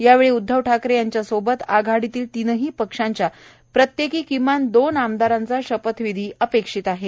यावेळी उद्धव ठाकरे यांच्यासोबतच आघाडीतील तिनही पक्षांच्या प्रत्येकी किमान दोन आमदारांचा शपथ विधी अपेक्षित आहे